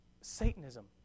Satanism